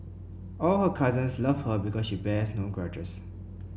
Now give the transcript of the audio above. all her cousins love her because she bears no grudges